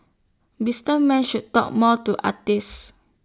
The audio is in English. businessmen should talk more to artists